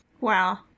Wow